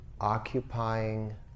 occupying